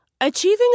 Achieving